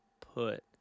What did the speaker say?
put